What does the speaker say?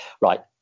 Right